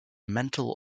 mental